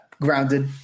grounded